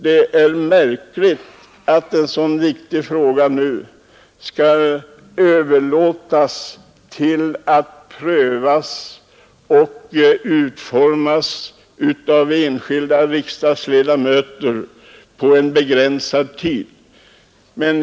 Det är märkligt att förslag i en så viktig fråga nu skall överlåtas till att prövas och utformas av enskilda riksdagsledamöter på en begränsad tid.